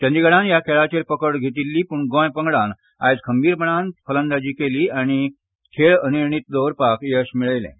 चंदीगडान ह्या खेळाचेर पकड घेतिल्ली पूण गोंय पंगडान आयज खंबीरपणान फलंदाजी केली आनी खेळ अनिर्णीत दवरपाक येस मेळयलें